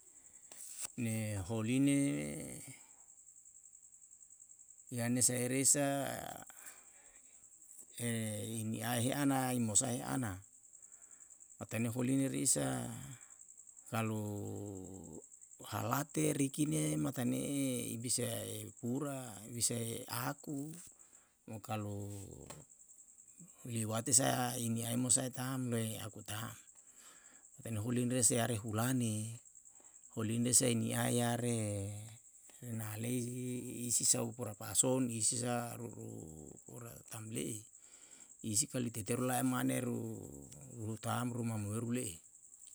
Ne holine yane sae reisa i niae heana i mosae heana. matane holine re isa kalu halate rikine matane i bisae pura bisae aku mo kalu lewati i niae mosae ta'm loe aku ta'm matane huline se are hulane holine sae nia yare renalei i sisa u pura pa'ason i sisa ruru ura tamle'i isi kalu teteru lae mane rutam ruma moeru le'e